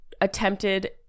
attempted